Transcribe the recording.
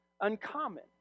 uncommon